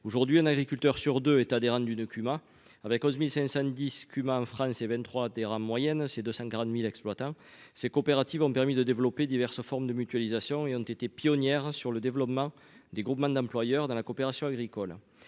aujourd'hui, un agriculteur sur 2 états des du document avec 11510 en France et 23 moyenne c'est 240000 exploitants ces coopératives ont permis de développer diverses formes de mutualisation et ont été pionnière sur le développement des groupements d'employeurs dans la coopération agricole